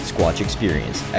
SquatchExperience